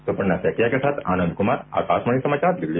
सुपर्णा सैकिया के साथ आनंद कुमार आकाशवाणी समाचार दिल्ली